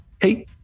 Hey